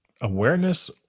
Awareness